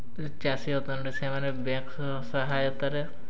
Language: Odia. ଚାଷୀ ଅଛନ୍ତି ସେମାନେ ବ୍ୟାଙ୍କର ସହାୟତାରେ